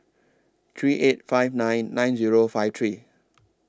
three eight five nine nine Zero five three